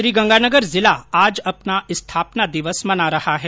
श्रीगंगानगर जिला आज अपना स्थापना दिवस मना रहा है